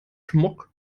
smog